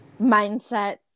mindset